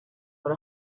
for